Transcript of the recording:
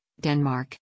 Denmark